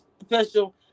special